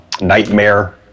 nightmare